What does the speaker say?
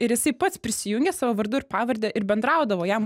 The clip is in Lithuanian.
ir jisai pats prisijungė savo vardu ir pavarde ir bendraudavo jam